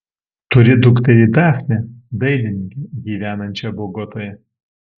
turi dukterį dafnę dailininkę gyvenančią bogotoje